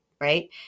Right